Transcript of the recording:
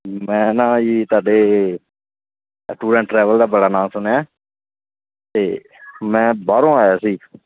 ਮੈਂ ਨਾ ਜੀ ਤੁਹਾਡੇ ਟੂਰ ਐਂਡ ਟਰੈਵਲ ਦਾ ਬੜਾ ਨਾਮ ਸੁਣਿਆ ਅਤੇ ਮੈਂ ਬਾਹਰੋਂ ਆਇਆ ਸੀ